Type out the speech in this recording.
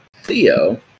theo